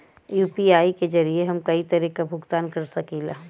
UPI के जरिये हम कई तरे क भुगतान कर सकीला